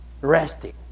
resting